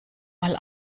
mal